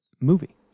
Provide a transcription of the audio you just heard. movie